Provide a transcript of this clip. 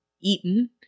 eaten